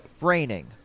Raining